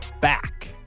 back